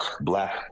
black